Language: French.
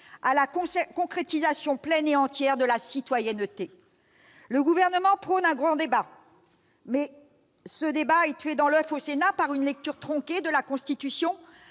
à la concrétisation pleine et entière de la citoyenneté ! Le Gouvernement prône un grand débat, mais ce débat est tué dans l'oeuf au Sénat par une lecture tronquée de la Constitution,